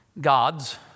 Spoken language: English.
gods